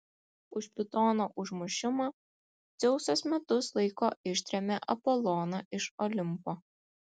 už pitono užmušimą dzeusas metus laiko ištrėmė apoloną iš olimpo